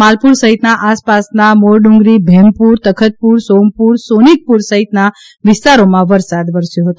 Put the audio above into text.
માલપુર સહિતના આસપાસના મોર ડુંગરી ભેમપુર તખતપુર સોમપુર સોનીકપુર સહિતના વિસ્તારોમાં વરસાદ વરસ્યો હતો